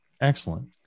excellent